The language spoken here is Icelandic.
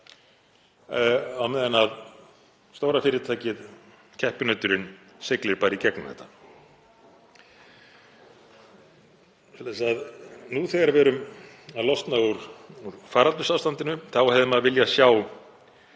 á meðan stóra fyrirtækið, keppinauturinn, siglir bara í gegnum þetta. Nú þegar við erum að losna úr faraldursástandinu hefði maður viljað sjá